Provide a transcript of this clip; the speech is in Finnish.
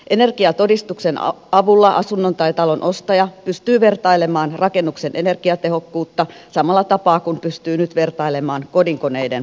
energiatodistuksen avulla asunnon tai talon ostaja pystyy vertailemaan rakennuksen energiatehokkuutta samalla tapaa kuin pystyy nyt vertailemaan kodinkoneiden energiatehokkuutta